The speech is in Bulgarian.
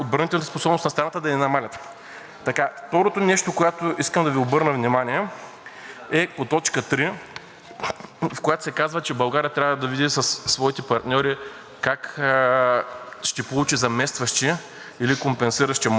в която се казва, че България трябва да види със своите партньори как ще получи заместващи или компенсиращи мощности. Искам да Ви обърна внимание, че много от тези заместващи мощности не представляват прехвърляне на собственост.